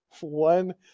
one